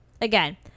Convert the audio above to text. again